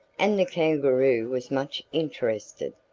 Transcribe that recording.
and the kangaroo was much interested.